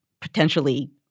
potentially